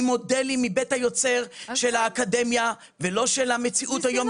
עם מודלים מבית היוצר של האקדמיה ולא של המציאות היום יומית.